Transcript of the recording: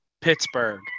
Pittsburgh